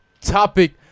topic